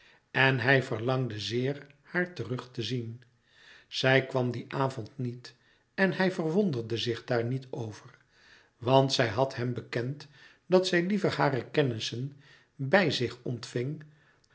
en hij verlangde zeer haar terug te zien zij kwam dien avond niet en hij verwonderde zich daar niet over want zij had hem bekend dat zij liever hare kennissen bij zich ontving